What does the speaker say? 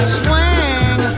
swing